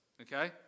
okay